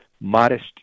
modest